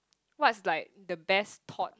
what's like the best thought